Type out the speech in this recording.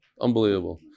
Unbelievable